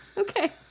Okay